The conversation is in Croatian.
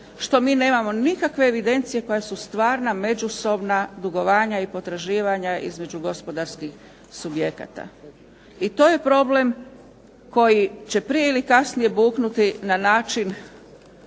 što mi nemamo nikakve evidencije koja su stvarna međusobna dugovanja i potraživanja između gospodarskih subjekata. I to je problem koji će prije ili kasnije buknuti na način